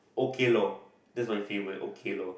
okay loh that's my favourite okay loh